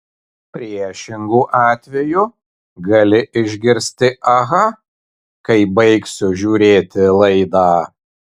priešingu atveju gali išgirsti aha kai baigsiu žiūrėti laidą